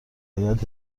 باید